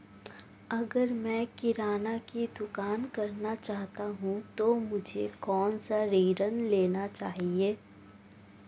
अगर मैं किराना की दुकान करना चाहता हूं तो मुझे कौनसा ऋण लेना चाहिए?